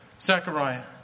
Zechariah